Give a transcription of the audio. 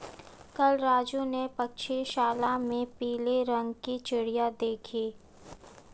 कल राजू ने पक्षीशाला में पीले रंग की चिड़िया देखी